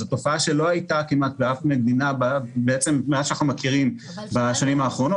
זו תופעה שלא הייתה כמעט באף מדינה מאז שאנחנו מכירים בשנים האחרונות.